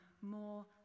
more